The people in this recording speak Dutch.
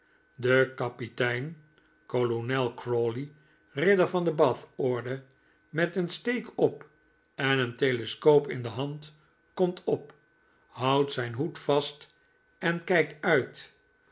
de bath orde met een steek op en een telescoop in de hand komt op houdt zijn hoed vast en kijkt uit